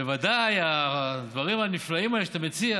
בוודאי הדברים הנפלאים האלה שאתה מציע